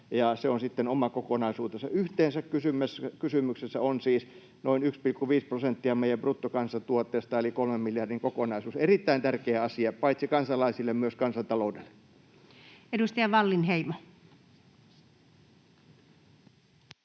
se on sitten oma kokonaisuutensa. Yhteensä kysymyksessä on siis noin 1,5 prosenttia meidän bruttokansantuotteesta eli 3 miljardin kokonaisuus. Erittäin tärkeä asia paitsi kansalaisille myös kansantaloudelle. [Speech